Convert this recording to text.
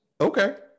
Okay